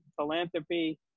Philanthropy